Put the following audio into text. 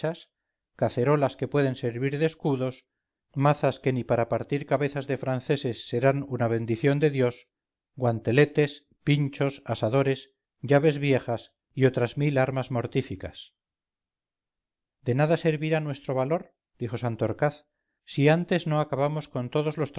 cacerolas que pueden servir de escudos mazas que para partircabezas de franceses serán una bendición de dios guanteletes pinchos asadores llaves viejas y otras mil armas mortíficas de nada servirá nuestro valor dijo santorcaz si antes no acabamos con todos los